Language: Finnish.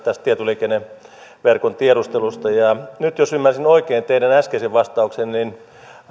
tästä tietoliikenneverkon tiedustelusta asiantuntijakuulemista ja nyt jos ymmärsin oikein teidän äskeisen vastauksenne niin